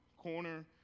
Corner